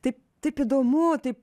taip taip įdomu taip